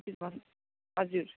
हजुर